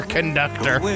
Conductor